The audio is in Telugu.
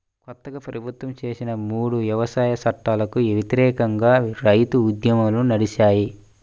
కొత్తగా ప్రభుత్వం చేసిన మూడు వ్యవసాయ చట్టాలకు వ్యతిరేకంగా రైతు ఉద్యమాలు నడిచాయి